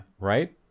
Right